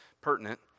pertinent